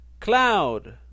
Cloud